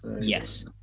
Yes